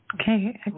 Okay